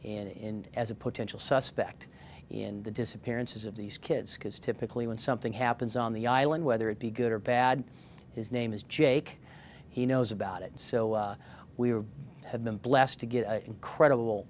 in as a potential suspect in the disappearance of these kids because typically when something happens on the island whether it be good or bad his name is jake he knows about it and so we are have been blessed to get incredible